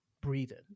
breathing